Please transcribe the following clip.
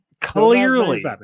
clearly